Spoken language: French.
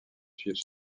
suivre